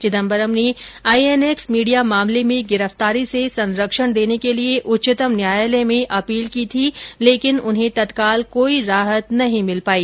चिदंबरम ने INX media मामले में गिरफ्तारी से संरक्षण देने के लिए उच्चतम न्यायालय में अपील की थी लेकिन उन्हें तत्काल कोई राहत नहीं मिल पाई